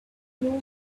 know